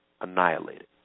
annihilated